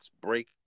Break